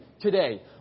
today